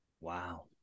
Wow